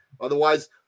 Otherwise